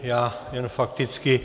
Já jen fakticky.